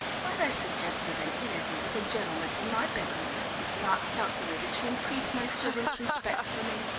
might i suggest that an interview with a gentleman in my bedroom is not calculated to increase my servants' respect for me?